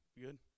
good